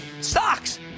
stocks